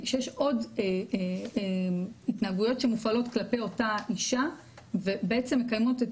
שיש עוד התנהגויות שמופעלות כלפי אותה אישה ובעצם מקיימות את